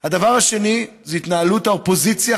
הדבר השני זה התנהלות האופוזיציה,